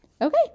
okay